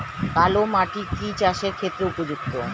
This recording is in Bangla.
কালো মাটি কি চাষের ক্ষেত্রে উপযুক্ত?